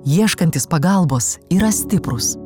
ieškantys pagalbos yra stiprūs